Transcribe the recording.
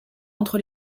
entre